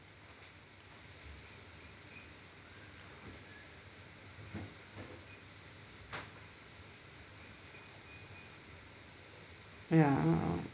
uh ya ya ya